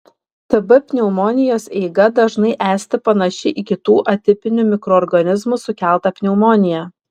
tb pneumonijos eiga dažnai esti panaši į kitų atipinių mikroorganizmų sukeltą pneumoniją